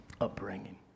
upbringing